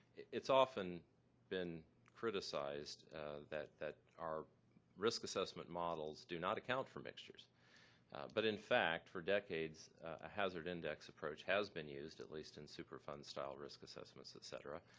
it's often been criticized that that our risk assessment models do not account for mixtures but in fact, for decades a hazard index approach has been used at least in superfund style risk assessments, etc.